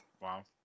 Wow